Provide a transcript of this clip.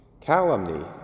calumny